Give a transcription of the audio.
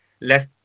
let